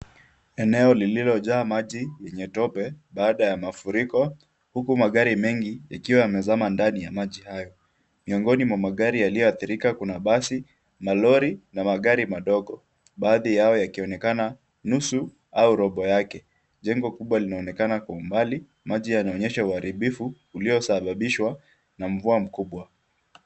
Eneo lililojaa maji yenye tope baada ya mafuriko, huku magari mengi yakiwa yamezama ndani ya maji hayo. Miongoni mwa magari yaliyoadhirika kuna basi, malori na magari madogo, baadhi yao yakionekana nusu au robo yake. Jengo kubwa linaonekana kwa umbali. Maji yanaonyesha uharibifu uliosababishwa na mvua mkubwa.